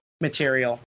material